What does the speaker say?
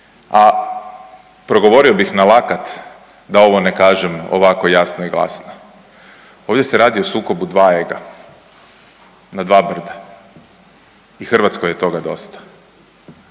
a progovorio bih na lakat da ovo ne kažem ovako jasno i glasno, ovdje se radi o sukobu dva ega, na dva brda i Hrvatskoj je toga dosta.